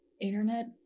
internet